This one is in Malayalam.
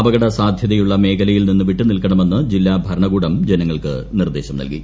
അപകട സാദ്ധ്യതയുള്ള മേഖലയിൽ നിന്ന് വിട്ടു നിൽക്കണമെന്ന് ജില്ലാ ഭരണകൂടം ജനങ്ങൾക്ക് നിർദ്ദേശം നൽകി